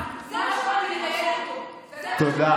תודה.